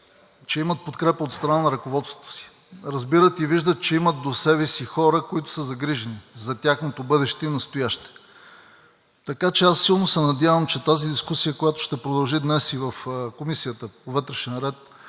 че имат подкрепа от страна на ръководството си, разбират и виждат, че имат до себе си хора, които са загрижени за тяхното бъдеще и настояще. Така че аз силно се надявам, че тази дискусия, която ще продължи днес и в Комисията по вътрешен ред,